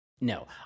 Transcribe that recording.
No